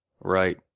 Right